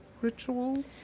ritual